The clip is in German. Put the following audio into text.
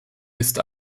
ist